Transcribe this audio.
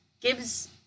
gives